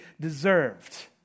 deserved